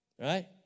Right